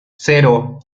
cero